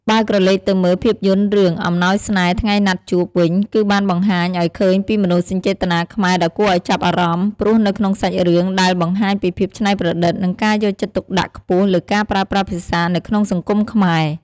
បើក្រឡេកទៅមើលភាពយន្តរឿងអំណោយស្នេហ៍ថ្ងៃណាត់ជួប វិញគឺបានបង្ហាញអោយឃើញពីមនោសញ្ចេតនាខ្មែរដ៏គួរឲ្យចាប់អារម្មណ៍ ព្រោះនៅក្នុងសាច់រឿង ដែលបង្ហាញពីភាពច្នៃប្រឌិត និងការយកចិត្តទុកដាក់ខ្ពស់លើការប្រើប្រាស់ភាសានៅក្នុងសង្គមខ្មែរ ។